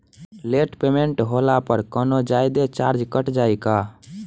Late payment होला पर कौनोजादे चार्ज कट जायी का?